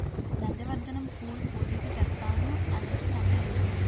నంది వర్ధనం పూలు పూజకి తెత్తాను అనేసిఅమ్మ ఎల్లింది